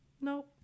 No